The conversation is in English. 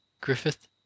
Griffith